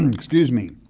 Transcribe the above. excuse me,